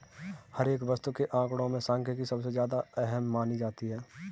हर एक वस्तु के आंकडों में सांख्यिकी सबसे ज्यादा अहम मानी जाती है